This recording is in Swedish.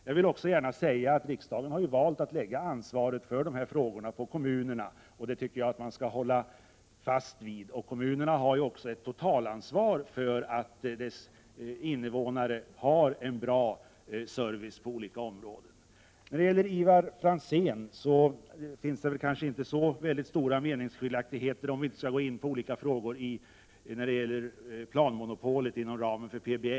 Jag vill gärna betona att riksdagen har valt att lägga ansvaret för dessa frågor på kommunerna, och det beslutet tycker jag att vi skall hålla fast vid. Kommunerna har också ett totalansvar för att deras invånare har en bra service på olika områden. Det finns kanske inte särskilt stora meningsskiljaktigheter mellan Ivar Franzén och mig — om vi inte skall gå in på frågor som gäller planmonopolet inom ramen för PBL.